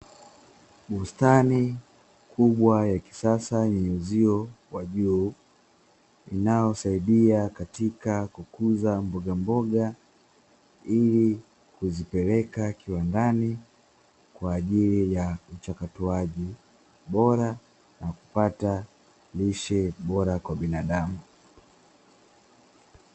Bustani kubwa ya kisasa yenye uzio kwa juu inayosaidia katika kukuza mbogamboga ili kuzipeleka kiwandani, kwa ajili ya uchakataji bora na kupata lishe bora kwa binadamu.